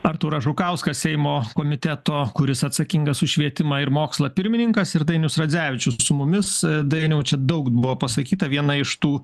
artūras žukauskas seimo komiteto kuris atsakingas už švietimą ir mokslą pirmininkas ir dainius radzevičius su mumis dainiau čia daug buvo pasakyta viena iš tų